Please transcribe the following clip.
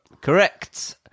Correct